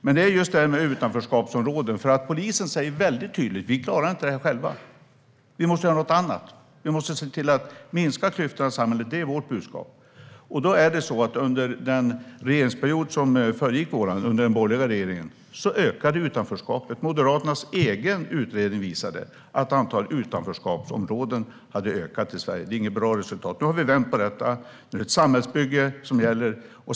Det gäller just detta med utanförskapsområden. Polisen säger väldigt tydligt: Vi klarar inte det själva. Vi måste göra något annat. Vi måste se till att minska klyftorna i samhället. Det är vårt budskap. Under den regeringsperiod som föregick vår, under den borgerliga regeringen, ökade utanförskapet. Moderaternas egen utredning visade att antalet utanförskapsområden hade ökat i Sverige. Det är inget bra resultat. Nu har vi vänt på detta. Nu är det ett samhällsbygge som gäller.